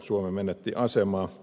suomi menetti asemaa